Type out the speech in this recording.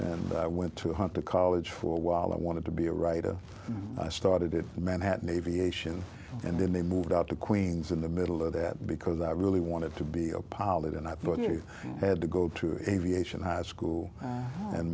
and i went to hunter college for a while i wanted to be a writer i started in manhattan aviation and then they moved out to queens in the middle of that because i really wanted to be a politician i thought you had to go to a v a ssion high school and